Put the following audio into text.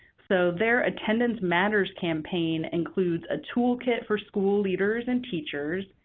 so, their attendance matters campaign includes a toolkit for school leaders and teachers,